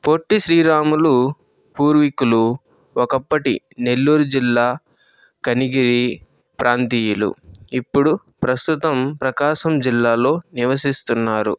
పొట్టి శ్రీరాముల పూర్వికులు ఒకప్పటి నెల్లూరు జిల్లా కనిగిరి ప్రాంతీయులు ఇప్పుడు ప్రస్తుతం ప్రకాశం జిల్లాలో నివసిస్తున్నారు